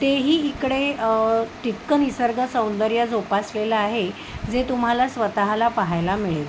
तेही इकडे तितकं निसर्ग सौंदर्य जोपासलेलं आहे जे तुम्हाला स्वतःला पाहायला मिळेल